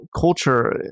culture